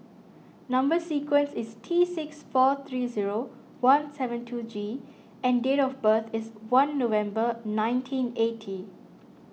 Number Sequence is T six four three zero one seven two G and date of birth is one November nineteen eighty